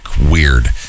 weird